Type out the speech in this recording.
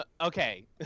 Okay